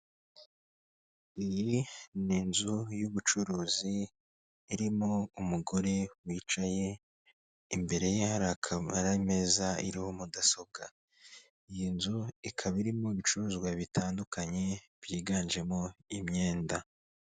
Iyi ni nzu y'ubucuruzi irimo umugore wicaye, imbere ye hakaba hari ameza iriho mudasobwa. Iyi nzu ikaba irimo ibicuruzwa bitandukanye byiganjemo imyenda.